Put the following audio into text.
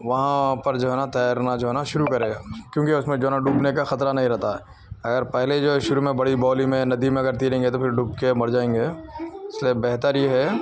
وہاں پر جو ہے نا تیرنا جو ہے نا شروع کرے کیوںکہ اس میں جو ہے نا ڈوبنے کا خطرہ نہیں رہتا ہے اگر پہلے جو ہے شروع میں بڑی بولی میں ندی میں اگر تیریں گے تو پھر ڈوب کے مر جائیں گے اس لیے بہتر یہ ہے